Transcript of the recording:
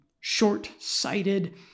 short-sighted